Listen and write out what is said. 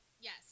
yes